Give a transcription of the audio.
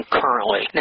currently